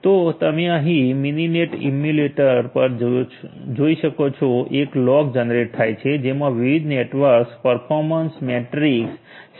તો તમે અહીં મિનિનેટ ઇમ્યુલેટર પર જોઈ શકો છો એક લોગ જનરેટ થાય છે જેમાં વિવિધ નેટવર્ક પર્ફોર્મન્સ મેટ્રિક્સ શામેલ છે